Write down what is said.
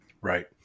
Right